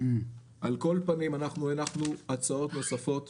על כל פנים, אנחנו הנחנו הצעות נוספות